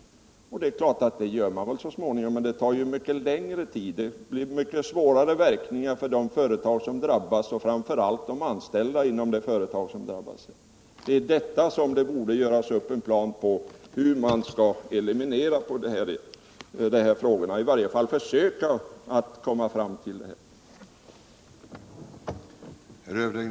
Och det gör det väl så småningom. Men det tar mycket längre tid, och verkningarna för de företag och framför allt de anställda som drabbas blir mycket svårare. Därför borde det göras upp en plan för hur problemen skall elimineras. Man borde i varje fall försöka göra en sådan.